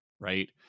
right